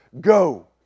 Go